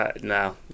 no